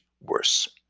worse